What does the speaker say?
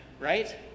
right